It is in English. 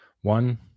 One